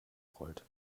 rollt